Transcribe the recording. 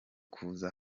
kuza